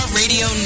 radio